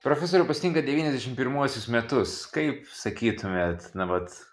profesoriau pasitinkat devyniasdešimt primuosius metus kaip sakytumėte na vat